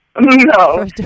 no